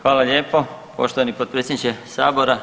Hvala lijepo poštovani potpredsjedničke sabora.